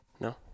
No